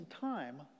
time